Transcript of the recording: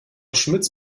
schmitz